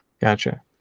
Gotcha